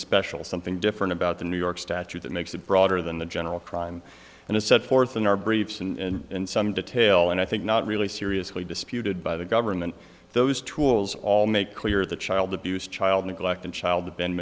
special something different about the new york statute that makes it broader than the general crime and as set forth in our briefs and in some detail and i think not really seriously disputed by the government those tools all make clear the child abuse child neglect and child the bin